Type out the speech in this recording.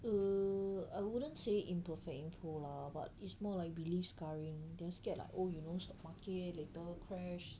err I wouldn't say imperfect info lah but it's more like believe scarring they will scared like oh you know stock market later crash